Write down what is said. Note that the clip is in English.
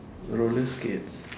roller skates